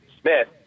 Smith